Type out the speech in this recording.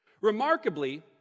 Remarkably